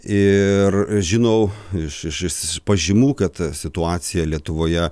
iiiir žinau iš iš pažymų kad situacija lietuvoje